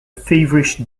feverish